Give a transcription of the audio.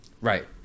right